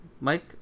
Mike